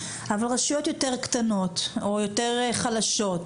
אבל רשויות יותר קטנות או יותר חלשות,